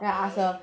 okay